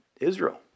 Israel